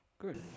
good